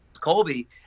Colby